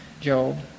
Job